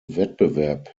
wettbewerb